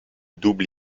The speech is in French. double